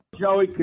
Joey